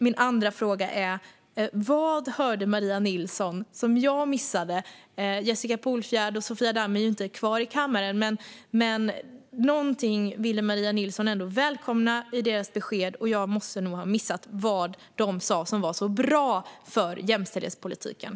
Min andra fråga är: Vad hörde Maria Nilsson i Jessica Polfjärds och Sofia Damms - nu är de inte kvar i kammaren - anförande som jag missade? Någonting var det som Maria Nilsson välkomnade, men jag missade vad de sa som var så bra för jämställdhetspolitiken.